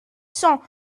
cent